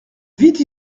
vite